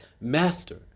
master